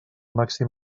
màxim